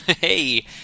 Hey